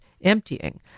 emptying